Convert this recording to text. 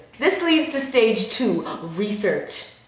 this leads to stage two, research.